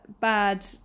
bad